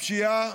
הפשיעה